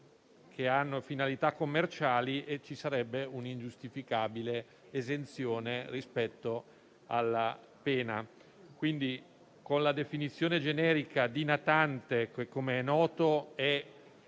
che hanno finalità commerciali e ci sarebbe un'ingiustificabile esenzione rispetto alla pena. Con la definizione generica di «natante», che, come noto, è